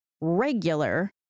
Regular